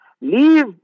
leave